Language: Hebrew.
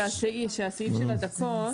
הסעיף של הדקות,